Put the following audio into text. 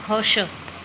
ਖੁਸ਼